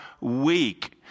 weak